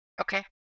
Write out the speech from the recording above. Okay